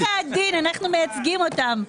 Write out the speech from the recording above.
אנחנו עורכי הדין, אנחנו מייצגים אותם.